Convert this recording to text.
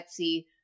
Etsy